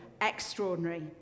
extraordinary